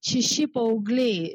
šeši paaugliai